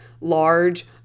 large